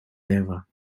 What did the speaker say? deva